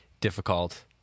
difficult